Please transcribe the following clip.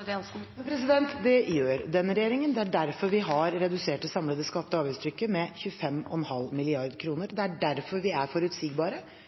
Det gjør denne regjeringen, og det er derfor vi har redusert det samlede skatte- og avgiftstrykket med 25,5 mrd. kr. Det er derfor vi er forutsigbare,